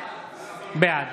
בעד